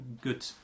good